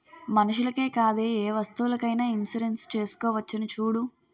మనుషులకే కాదే ఏ వస్తువులకైన ఇన్సురెన్సు చేసుకోవచ్చును చూడూ